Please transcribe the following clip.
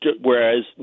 whereas